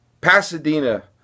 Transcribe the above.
Pasadena